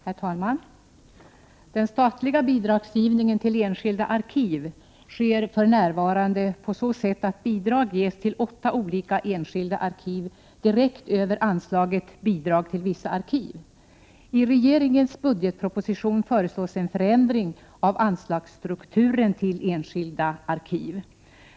Herr talman! Den statliga bidragsgivningen till enskilda arkiv sker för närvarande på så sätt att bidrag ges till åtta olika enskilda arkiv direkt över anslaget Bidrag till vissa arkiv. I regeringens budgetproposition föreslås en förändring av anslagsstrukturen till enskilda arkiv.